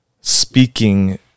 speaking